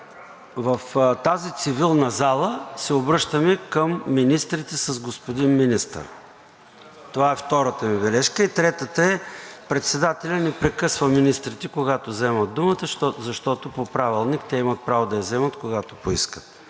В тази цивилна зала се обръщаме към министрите с „господин Министър“ – това е втората ми бележка. Третата е – председателят не прекъсва министрите, когато вземат думата, защото по Правилник те имат право да я вземат, когато поискат.